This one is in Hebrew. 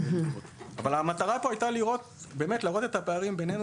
אבל המטרה הייתה להראות את הפערים בינינו